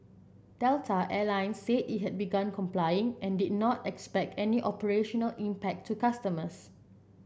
Delta Air Lines said it had begun complying and did not expect any operational impact to customers